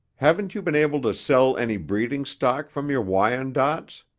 haven't you been able to sell any breeding stock from your wyandottes?